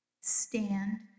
Stand